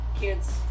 kids